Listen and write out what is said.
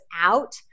out